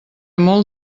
molt